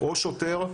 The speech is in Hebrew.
או שוטר,